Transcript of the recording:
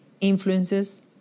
influences